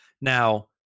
Now